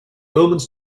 omens